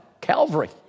Calvary